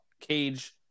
Cage